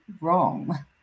wrong